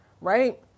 right